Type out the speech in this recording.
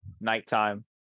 nighttime